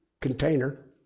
container